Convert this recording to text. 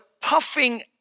puffing